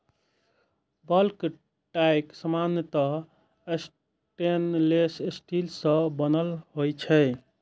bulk tank सामान्यतः stainless steel सं बनल होइ छै